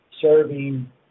serving